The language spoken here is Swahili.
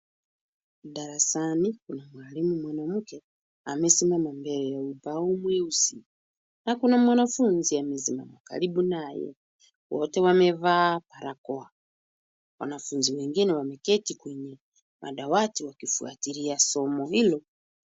Darasani kuna mwalimu mwanamke amesimama mbele ya ubao mweusi na kuna mwanafunzi amesimama karibu naye. Wote wamevaa barakoa. Wanafunzi wengine wameketi kwenye madawati wakifuatilia somo hilo.